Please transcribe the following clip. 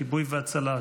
כיבוי והצלה,